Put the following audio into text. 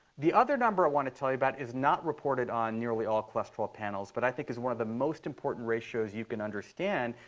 the other number i want to tell you about is not reported on nearly all cholesterol panels, but i think is one of the most important ratios you can understand,